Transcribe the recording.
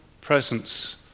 presence